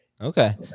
Okay